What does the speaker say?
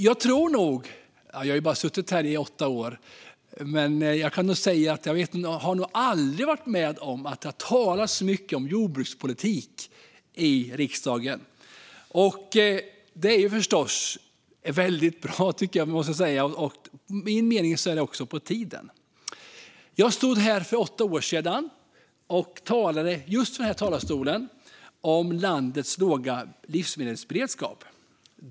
Jag har bara suttit här i åtta år, och jag har nog aldrig varit med om att det har talats så mycket om jordbrukspolitik i riksdagen. Det är förstås väldigt bra, och enligt min mening är det också på tiden. Jag stod här för åtta år sedan och talade i just den här talarstolen om landets låga livsmedelsberedskap.